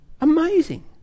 amazing